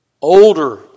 older